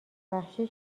وحشی